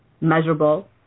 measurable